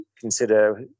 consider